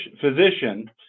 physician